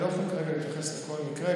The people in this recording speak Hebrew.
אני לא יכול כרגע להתייחס לכל מקרה,